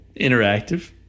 Interactive